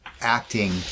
acting